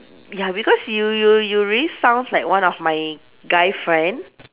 ya because you you you really sounds like one of my guy friend